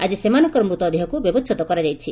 ଆଳି ସେମାନଙ୍କର ମୃତ ଦେହକୁ ବ୍ୟବଛେଦ କରାଯାଇଛି